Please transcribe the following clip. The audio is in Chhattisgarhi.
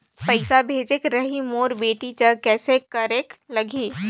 पइसा भेजेक रहिस मोर बेटी जग कइसे करेके लगही?